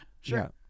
Sure